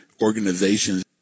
organizations